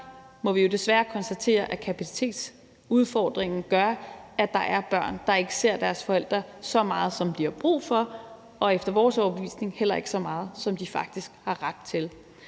må vi jo desværre konstatere, at kapacitetsudfordringen gør, at der er børn, der ikke ser deres forældre så meget, som de har brug for, og efter vores overbevisning faktisk heller ikke så meget, som de faktisk har ret til.